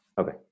Okay